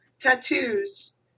tattoos